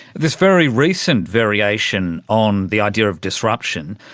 this very recent variation on the idea of disruption,